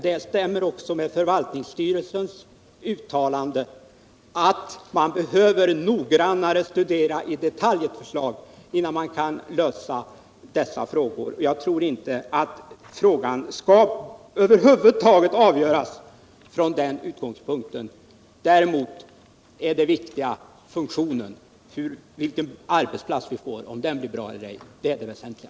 Det stämmer också med förvaltningsstyrelsens uttalande att man behöver studera ett förslag i detalj innan man kan lösa dessa frågor. Jag tror inte att riksdagens lokalfråga över huvud taget skall avgöras från den utgångspunkten. Det viktiga är funktionen om den arbetsplats vi får blir bra eller ej. Det är det väsentliga.